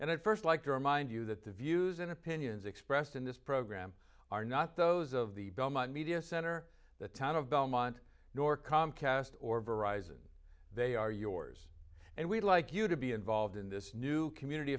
i'd first like to remind you that the views and opinions expressed in this program are not those of the belmont media center the town of belmont nor comcast or verizon they are yours and we'd like you to be involved in this new community